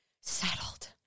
settled